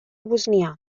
bosnià